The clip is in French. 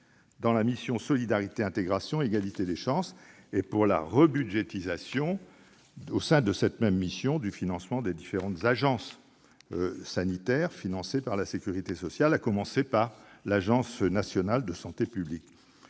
dans la mission « Solidarité, intégration et égalité des chances » et appelons de nos voeux la rebudgétisation, au sein de cette même mission, du financement des différentes agences sanitaires financées par la sécurité sociale, à commencer par l'Agence nationale de santé publique.